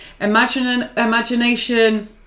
imagination